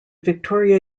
victoria